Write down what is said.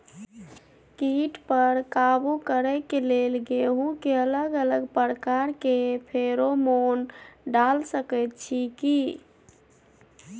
कीट पर काबू करे के लेल गेहूं के अलग अलग प्रकार के फेरोमोन डाल सकेत छी की?